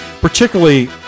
particularly